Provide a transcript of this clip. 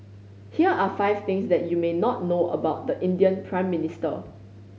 here are five things that you may not know about the Indian Prime Minister